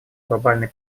глобальной